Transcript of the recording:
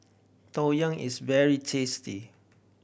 Tang Yuen is very tasty